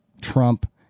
Trump